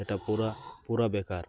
ସେଇଟା ପୁରା ପୁରା ବେକାର